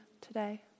today